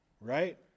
right